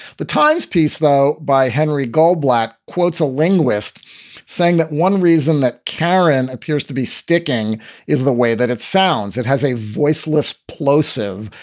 the times piece, though, by henry goldblatt, quotes a linguist saying that one reason that cameron appears to be sticking is the way that it sounds. it has a voiceless, plosive,